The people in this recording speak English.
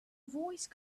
voice